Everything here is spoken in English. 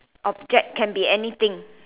object can be anything